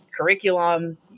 curriculum